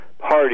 party